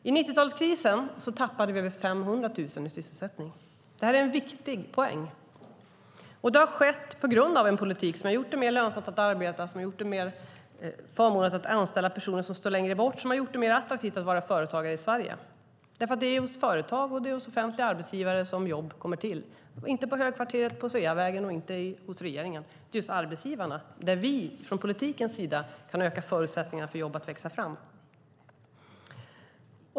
Under 90-talskrisen tappade vi över 500 000 i sysselsättning. Det är en viktig poäng. Det har skett på grund av en politik som har gjort det mer lönsamt att arbeta, mer förmånligt att anställa personer som har stått långt utanför arbetsmarknaden, mer attraktivt att vara företagare i Sverige. Det är hos företag och offentliga arbetsgivare som jobb kommer till, inte i högkvarteret på Sveavägen och inte hos regeringen. Det är hos arbetsgivarna som vi från politikens sida kan öka förutsättningarna för jobb att växa fram.